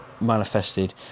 manifested